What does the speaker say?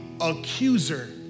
accuser